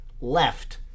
left